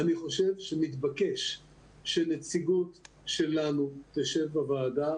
אני חושב שמתבקש שנציגות שלנו תשב בוועדה